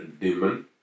demon